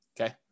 Okay